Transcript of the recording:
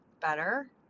better